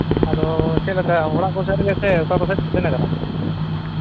ᱟᱫᱚ ᱪᱮᱫᱞᱮᱠᱟ ᱚᱲᱟᱜ ᱠᱚ ᱥᱮᱫ ᱨᱮᱜᱮ ᱥᱮ ᱚᱠᱟ ᱠᱚ ᱥᱮᱫ ᱯᱮ ᱥᱮᱱᱟᱠᱟᱱᱟ